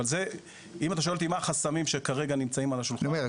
אבל אם אתה שואל אותי מה החסמים שכרגע נמצאים על השולחן --- אני אומר,